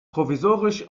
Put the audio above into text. provisorisch